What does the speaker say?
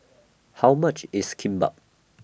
How much IS Kimbap